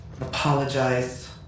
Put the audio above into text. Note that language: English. apologize